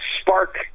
spark